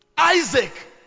Isaac